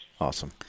awesome